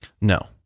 no